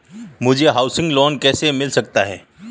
मुझे house loan कैसे मिल सकता है?